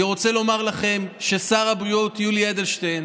אני רוצה לומר לכם ששר הבריאות יולי אדלשטיין